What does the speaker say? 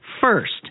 First